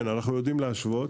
כן, אנחנו יודעים להשוות,